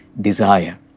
desire